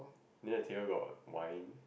near the table got wine